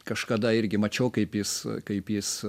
kažkada irgi mačiau kaip jis kaip jis